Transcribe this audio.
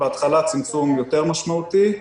בהתחלה צמצום יותר משמעותי,